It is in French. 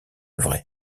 vrai